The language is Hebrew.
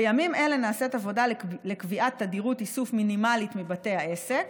בימים אלה נעשית עבודה לקביעת תדירות איסוף מינימלית מבתי העסק.